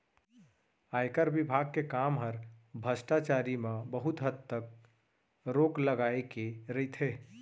आयकर विभाग के काम हर भस्टाचारी म बहुत हद तक रोक लगाए के रइथे